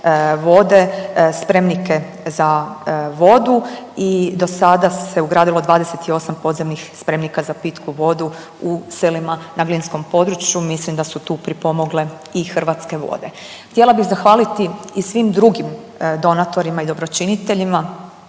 spremnike za vodu i do sada se ugradilo 28 podzemnih spremnika za pitku vodu u selima na glinskom području. Mislim da su tu pripomogle i Hrvatske vode. Htjela bih zahvaliti i svim drugim donatorima i dobročiniteljima